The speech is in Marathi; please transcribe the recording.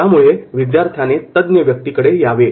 त्यामुळे विद्यार्थ्याने तज्ञ व्यक्ती कडे यावे